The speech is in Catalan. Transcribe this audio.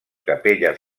capelles